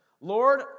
Lord